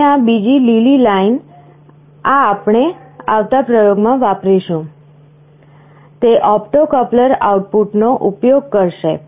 અને આ બીજી લીલી લાઈન આ આપણે આવતા પ્રયોગમાં વાપરીશું તે ઓપ્ટો કપ્લર આઉટપુટનો ઉપયોગ કરશે